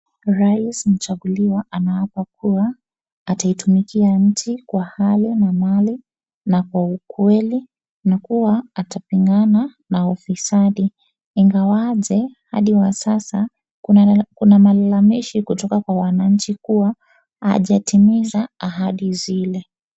Rais mchaguliwa anaapa kuwa ataitumikia nchi kwa hali na mali na kwa ukweli na kuwa atapigana na ufisadi ingawaje hadi wa sasa kuna malalamishi kutoka kwa wananchi kuwa hajatimiza ahadi zile.